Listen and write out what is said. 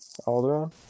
Alderaan